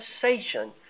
conversation